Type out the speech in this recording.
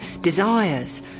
desires